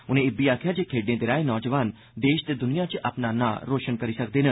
उनें इब्बी आखेआ जे खेड्ढें दे राएं नौजवान देश ते दुनिया च अपना नां रोशन करी सकदे न